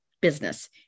business